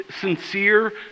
sincere